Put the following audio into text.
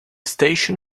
station